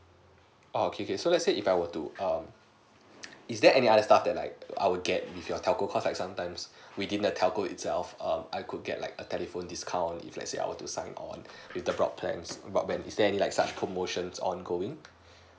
oo okay okay so let's say if I want to um is there any other stuff that like I will get with your telco cause like sometimes within the telco itself um I could get like a telephone discount if let's say I want to sign on with the broadband broadband is there any like such promotion on going